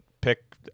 pick